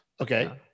Okay